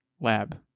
lab